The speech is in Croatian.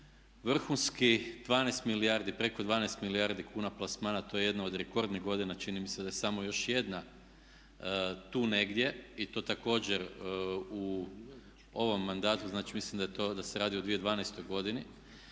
vrhunski 12 milijardi, preko 12 milijardi kuna plasmana, to je jedno od rekordnih godina, čini mi se da je samo još jedna tu negdje i to također u ovom mandatu, znači mislim da se radi o 2012.godini.